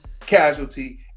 casualty